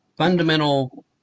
Fundamental